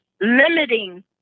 limiting